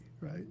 right